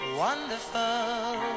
wonderful